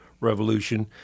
revolution